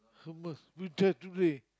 Hummus we try today